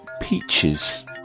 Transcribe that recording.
peaches